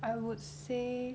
I would say